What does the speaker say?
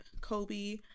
Kobe